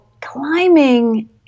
climbing